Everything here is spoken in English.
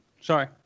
Sorry